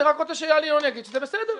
אני רק רוצה שאיל ינון יגיד שזה בסדר.